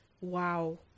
wow